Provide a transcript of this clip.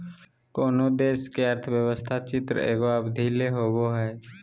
कोनो देश के अर्थव्यवस्था चित्र एगो अवधि ले होवो हइ